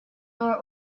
nor